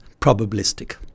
probabilistic